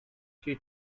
she